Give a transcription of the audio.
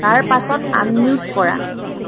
তাৰপাছত আনমিউট কৰা